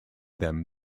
them